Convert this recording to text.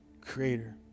Creator